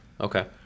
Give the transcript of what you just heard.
Okay